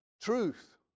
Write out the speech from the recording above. truth